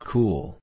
Cool